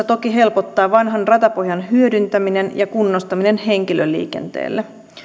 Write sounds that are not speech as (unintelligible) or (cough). (unintelligible) toki helpottaa vanhan ratapohjan hyödyntäminen ja kunnostaminen henkilöliikenteelle